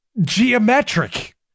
geometric